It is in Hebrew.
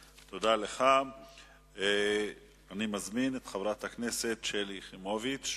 אני מזמין את חברת הכנסת שלי יחימוביץ.